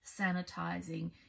sanitizing